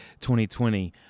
2020